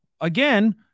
again